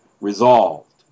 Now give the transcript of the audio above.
resolved